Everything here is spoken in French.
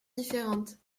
différentes